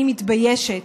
אני מתביישת.